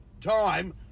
time